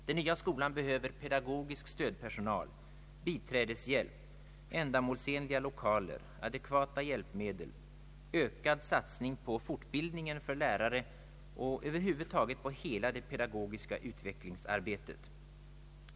Den nya skolan behöver pedagogisk stödpersonal, biträdeshjälp, ändamålsenliga lokaler, adekvata hjälpmedel, ökad satsning på fortbildning för lärare och över huvud taget en ökad satsning på hela det pedagogiska utvecklingsarbetet.